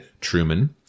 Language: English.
Truman